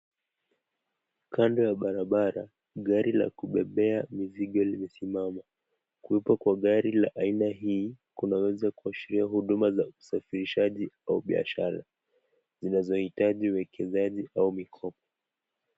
Kando ya barabara, gari la kubebea mizigo limesimama. Kuwepo kwa gari la aina hii kunaweza kuashiria huduma za usafirishaji au biashara zinazohitaji uwekezaji au mikopo.